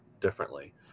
differently